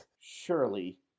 Surely